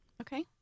Okay